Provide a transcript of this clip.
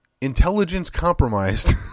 intelligence-compromised